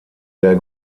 sehr